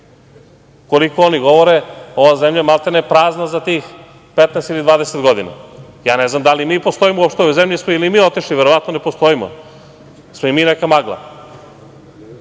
Koliko oni govore, ova zemlja je maltene prazna za tih 15 ili 20 godina. Ja ne znam da li mi postojimo uopšte u ovoj zemlji ili smo i mi otišli? Verovatno ne postojimo. Jesmo li i mi neka